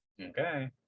Okay